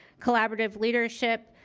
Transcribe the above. collaborative leadership,